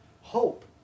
Hope